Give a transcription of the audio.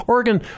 Oregon